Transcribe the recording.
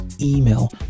email